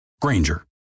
Granger